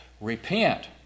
repent